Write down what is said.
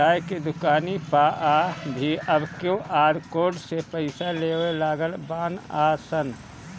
चाय के दुकानी पअ भी अब क्यू.आर कोड से पईसा लेवे लागल बानअ सन